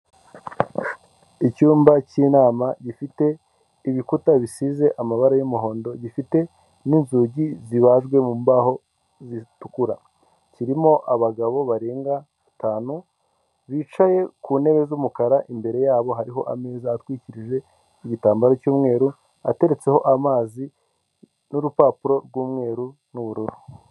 Icyumba cy'inama gifite ibikuta bisize amabara y'umuhondo gifite n'inzugi zibajwe mu mbaho zitukura, kirimo abagabo barenga batanu bicaye ku ntebe z'umukara, imbere yabo hariho ameza atwikirije igitambaro cy'umweru ateretseho amazi n'urupapuro rw'umweru n'ubururu.